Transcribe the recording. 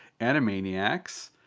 Animaniacs